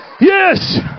Yes